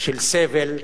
של סבל.